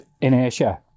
inertia